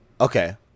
Okay